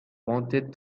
wanted